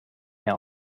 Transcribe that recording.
mehr